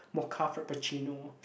mocha frappe chino